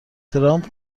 ترامپ